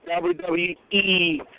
WWE